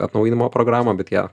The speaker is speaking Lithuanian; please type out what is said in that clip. atnaujinimo programą bet ją